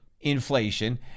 inflation